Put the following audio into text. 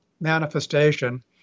manifestation